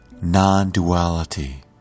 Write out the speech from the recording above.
non-duality